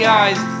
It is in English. eyes